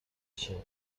się